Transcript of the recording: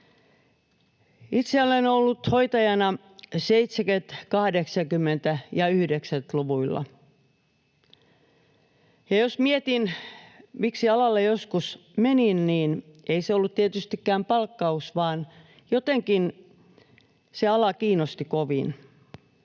Itse olen ollut hoitajana 70-, 80- ja 90-luvuilla. Jos mietin, miksi alalle joskus menin, niin ei se ollut tietystikään palkkaus, vaan jotenkin se ala kiinnosti kovin.